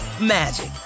magic